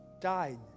died